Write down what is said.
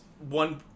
one